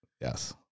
Yes